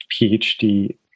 PhD